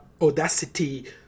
audacity